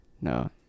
no